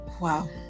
Wow